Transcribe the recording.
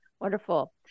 Wonderful